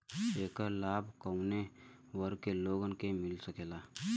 ऐकर लाभ काउने वर्ग के लोगन के मिल सकेला?